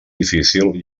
difícil